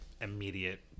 immediate